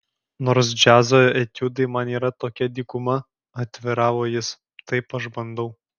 nors džiazo etiudai man yra tokia dykuma atviravo jis taip aš bandau